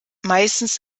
meistens